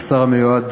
השר המיועד